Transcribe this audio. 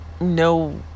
no